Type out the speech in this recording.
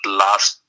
last